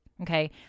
okay